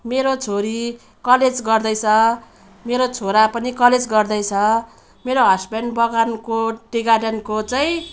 मेरो छोरी कलेज गर्दैछ मेरो छोरा पनि कलेज गर्दैछ मेरो हस्बेन्ड बगानको टी गार्डनको चाहिँ